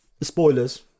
Spoilers